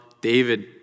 David